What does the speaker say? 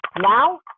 Now